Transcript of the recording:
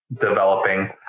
developing